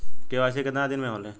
KYC कितना दिन में होले?